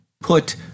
Put